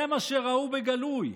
זה מה שראו בגלוי.